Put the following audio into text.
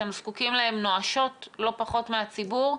אתם זקוקים להם נואשות לא פחות מהציבור.